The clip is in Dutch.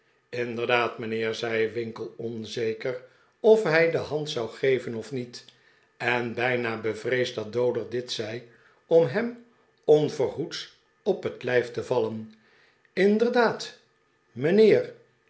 inderdaad mijnheer zei winkle onzeker of hij zijn hand zou geven of niet en bijna bevreesd dat dowler dit zei om hem onverhoeds op het lijf te vallen inderdaad mijnheer